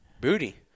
booty